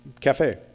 cafe